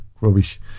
rubbish